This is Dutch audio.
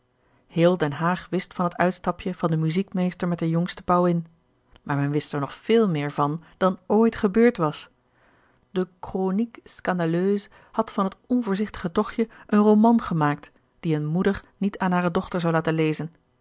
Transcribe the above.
heel den haag wist van het uitstapje van den muziekmeester met de jongste pauwin maar men wist er nog veel meer van dan ooit gebeurd was de chronique scan daleuse had van het onvoorzichtige tochtje een roman gemaakt die eene moeder niet aan hare dochter zou laten lezen